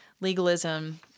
legalism